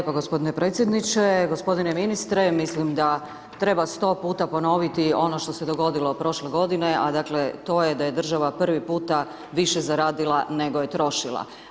Hvala lijepo gospodine predsjedničke, gospodine ministre, mislim da treba 100 puta ponoviti ono što se dogodilo prošle godine a dakle to je da je država prvi puta više zaradila nego je trošila.